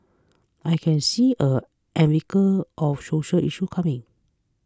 I can see a avalanche of social issues coming